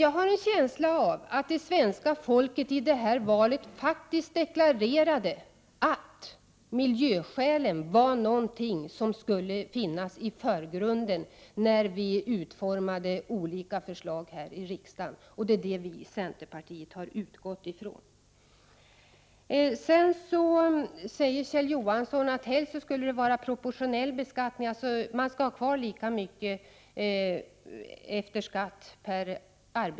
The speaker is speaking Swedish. Jag har en känsla av att svenska folket i det senaste valet faktiskt deklarerade att miljöskälen skulle finnas i förgrunden när vi utformar olika förslag i riksdagen. Det har vi i centerpartiet utgått ifrån. Kjell Johansson vill helst ha proportionell beskattning, dvs. att alla skall ha kvar lika mycket efter skatt.